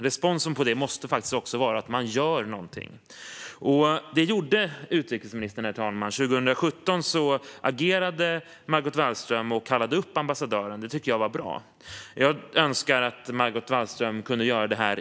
Responsen på det måste också vara att man faktiskt gör någonting. Herr talman! Det gjorde utrikesministern 2017, när hon agerade och kallade upp ambassadören. Det tyckte jag var bra. Jag önskar att Margot Wallström kunde göra det igen.